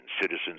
Citizens